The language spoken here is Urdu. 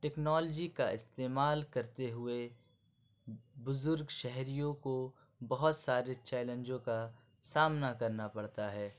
ٹکنالوجی کا استعمال کرتے ہوئے بزرگ شہریوں کو بہت سارے چیلنجوں کا سامنا کرنا پڑتا ہے